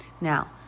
Now